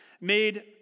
made